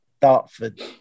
Dartford